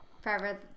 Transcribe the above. Forever